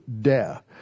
death